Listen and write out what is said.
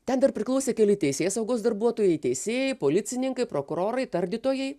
ten dar priklausė keli teisėsaugos darbuotojai teisėjai policininkai prokurorai tardytojai